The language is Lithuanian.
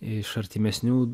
iš artimesnių